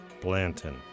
Blanton